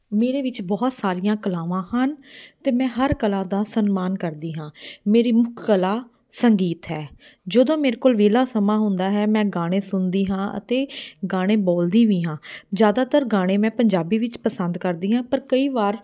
ਮੇਰੇ ਵਿੱਚ ਬਹੁਤ ਸਾਰੀਆਂ ਕਲਾਵਾਂ ਹਨ ਅਤੇ ਮੈਂ ਹਰ ਕਲਾ ਦਾ ਸਨਮਾਨ ਕਰਦੀ ਹਾਂ ਮੇਰੀ ਮੁੱਖ ਕਲਾ ਸੰਗੀਤ ਹੈ ਜਦੋਂ ਮੇਰੇ ਕੋਲ ਵਿਹਲਾ ਸਮਾਂ ਹੁੰਦਾ ਹੈ ਮੈਂ ਗਾਣੇ ਸੁਣਦੀ ਹਾਂ ਅਤੇ ਗਾਣੇ ਬੋਲਦੀ ਵੀ ਹਾਂ ਜ਼ਿਆਦਾਤਰ ਗਾਣੇ ਮੈਂ ਪੰਜਾਬੀ ਵਿੱਚ ਪਸੰਦ ਕਰਦੀ ਹਾਂ ਪਰ ਕਈ ਵਾਰ